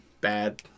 bad